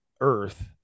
earth